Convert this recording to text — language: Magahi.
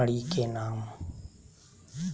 खड़ी के नाम?